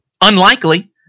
Unlikely